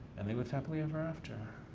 and they lived happily ever after.